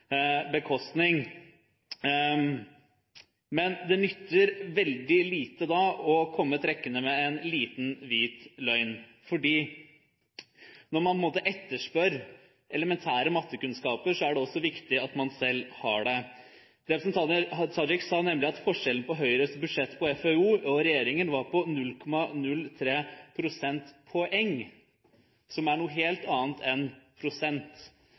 bekostning. Men det nytter veldig lite da å komme trekkende med en liten hvit løgn, for når man på en måte etterspør elementære mattekunnskaper, er det også viktig at man selv har det. Representanten Hadia Tajik sa nemlig at forskjellen på Høyres budsjett på FoU og regjeringens var på 0,03 prosentpoeng, som er noe helt annet enn prosent.